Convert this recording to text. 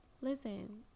Listen